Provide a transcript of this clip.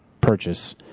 purchase